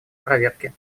проверки